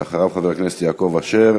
ואחריו, חבר הכנסת יעקב אשר.